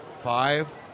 Five